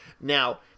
Now